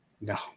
No